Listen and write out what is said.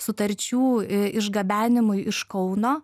sutarčių išgabenimui iš kauno